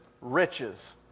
riches